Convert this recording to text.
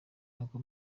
n’uko